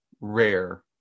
rare